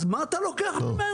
אז מה אתה לוקח ממני?